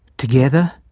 together,